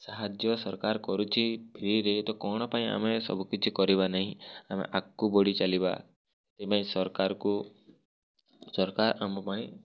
ସାହାଯ୍ୟ ସରକାର କରୁଛି ଫ୍ରୀରେ ତ କ'ଣ ପାଇଁ ଆମେ ସବୁକିଛି କରିବା ନାହିଁ ଆମେ ଆଗ୍କୁ ବଢ଼ି ଚାଲିବା ଏ ପାଇଁ ସର୍କାର୍କୁ ସର୍କାର୍ ଆମ ପାଇଁ